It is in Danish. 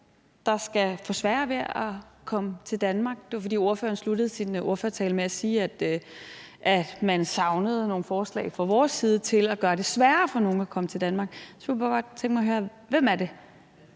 der skal få sværere ved at komme til Danmark? Det er, fordi ordføreren sluttede sin ordførertale med at sige, at man savnede nogle forslag fra vores side til at gøre det sværere for nogen at komme til Danmark. Så kunne jeg godt tænke mig at høre: Hvem er det,